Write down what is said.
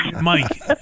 Mike